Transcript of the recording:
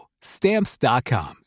Stamps.com